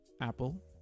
Apple